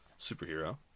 superhero